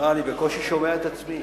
אני בקושי שומע את עצמי.